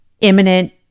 imminent